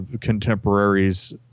contemporaries